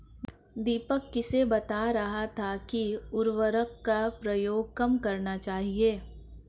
दीपक किसे बता रहा था कि उर्वरक का प्रयोग कम करना चाहिए?